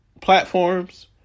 platforms